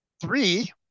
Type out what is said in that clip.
three